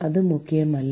அது முக்கியமில்லை